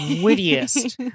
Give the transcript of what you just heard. wittiest